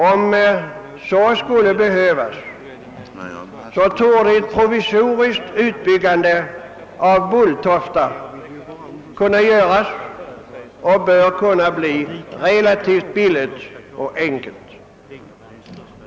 Om så skulle behövas torde ett provisoriskt utbyggande av Bulltofta kunna ske relativt enkelt och billigt.